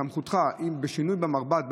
בסמכותך לגרום שינוי במרב"ד,